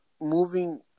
moving